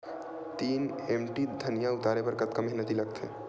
तीन एम.टी धनिया उतारे बर कतका मेहनती लागथे?